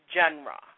genre